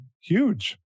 huge